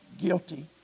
guilty